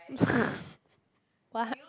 what